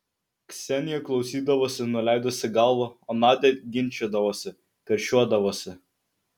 ksenija klausydavosi nuleidusi galvą o nadia ginčydavosi karščiuodavosi